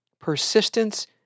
persistence